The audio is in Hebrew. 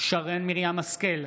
שרן מרים השכל,